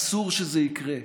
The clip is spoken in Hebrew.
אסור שזה יקרה.